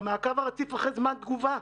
במעקב הרציף אחר זמן התגובה.